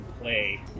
play